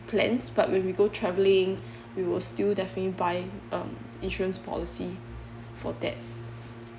plans but when we go travelling we will still definitely buy um insurance policy for that